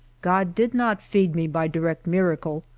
god did not feed me by direct miracle.